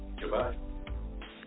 Goodbye